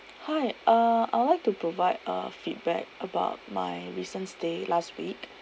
hi uh I would like to provide a feedback about my recent stay last week